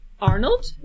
Arnold